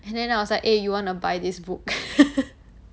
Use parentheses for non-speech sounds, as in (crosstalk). and then I was like eh you wanna buy this book (laughs)